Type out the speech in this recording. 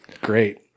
Great